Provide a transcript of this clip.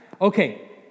Okay